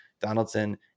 Donaldson